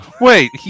Wait